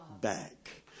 back